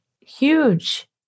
huge